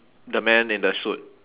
the man in the suit